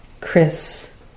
Chris